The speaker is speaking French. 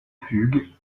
fugue